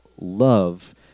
love